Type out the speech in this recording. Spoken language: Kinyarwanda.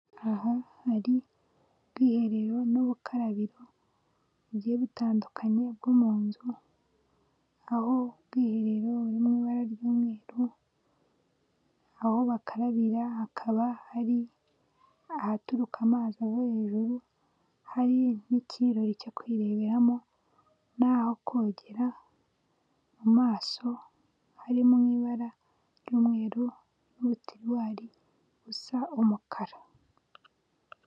Aha hari ubwiherero n'ubukarabiro bugiye butandukanye bwo mu nzu, aho bwiherero buri mu ibara ry'umweru, aho bakarabira hakaba hari ahaturuka amazi hejuru hari n'ikiyirori cyo kwireberamo, n'aho kogera mu maso hari mu ibara ry'umweru, n'ubutiriwari busa umukara.